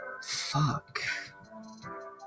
fuck